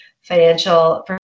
financial